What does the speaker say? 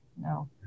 no